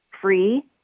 free